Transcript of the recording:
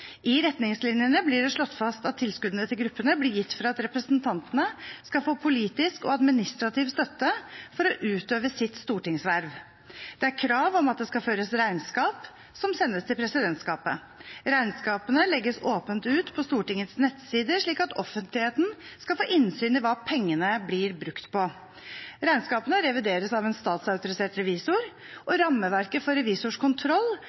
I retningslinjene blir det slått fast at tilskuddene til gruppene blir gitt for at representantene skal få politisk og administrativ støtte til å utøve sitt stortingsverv. Det er krav om at det skal føres regnskap, som sendes til presidentskapet. Regnskapene legges åpent ut på Stortingets nettside, slik at offentligheten skal få innsyn i hva pengene blir brukt på. Regnskapene revideres av en statsautorisert revisor, og rammeverket for revisors kontroll